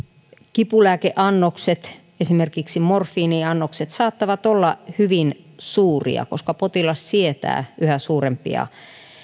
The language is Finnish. kipulääkeannokset esimerkiksi morfiiniannokset saattavat olla hyvin suuria koska potilas sietää yhä suurempia